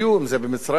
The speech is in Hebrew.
אם במצרים,